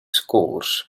scores